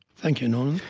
thank you norman.